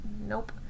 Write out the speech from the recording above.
nope